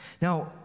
Now